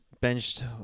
benched